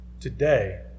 today